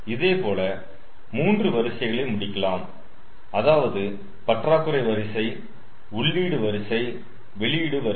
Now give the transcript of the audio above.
இதேபோல மூன்று வரிசைகளை முடிக்கலாம் அதாவது பற்றாக்குறை வரிசை உள்ளீடு வரிசை வெளியீடு வரிசை